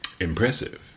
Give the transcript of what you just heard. Impressive